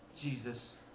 Jesus